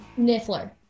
Niffler